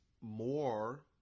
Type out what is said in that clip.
more